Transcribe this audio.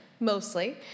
Mostly